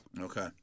Okay